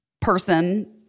person